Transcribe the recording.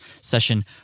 session